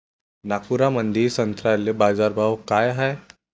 नागपुरामंदी संत्र्याले बाजारभाव काय हाय?